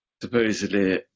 supposedly